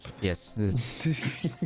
Yes